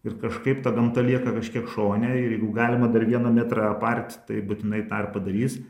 ir kažkaip ta gamta lieka kažkiek šone ir jeigu galima dar vieną metrą apart tai būtinai tą ir padarys